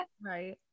Right